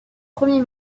premier